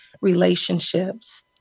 relationships